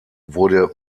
wurde